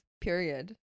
period